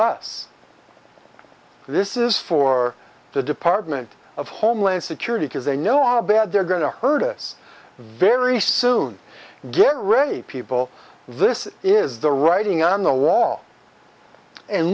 us this is for the department of homeland security because they know are bad they're going to hurt us very soon get raped people this is the writing on the wall and